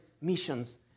missions